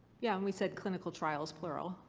yeah and we said clinical trials, plural.